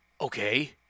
okay